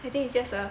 I think it's just a